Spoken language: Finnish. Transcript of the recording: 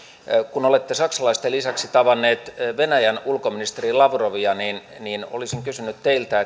kun olette saksalaisten lisäksi tavanneet venäjän ulkoministeri lavrovia niin niin olisin kysynyt teiltä